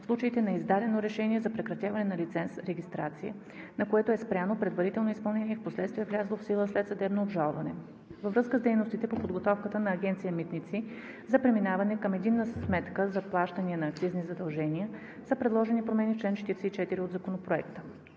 в случаите на издадено решение за прекратяване на лиценз/регистрация, на което е спряно предварителното изпълнение и впоследствие е влязло в сила след съдебно обжалване. Във връзка с дейностите по подготовката на Агенция „Митници“ за преминаване към единна сметка за плащания на акцизни задължения са предложени промени в чл. 44 от Законопроекта.